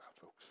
folks